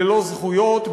ללא זכויות,